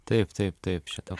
taip taip taip šito